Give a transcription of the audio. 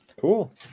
cool